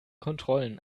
kontrollen